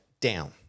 down